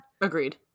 Agreed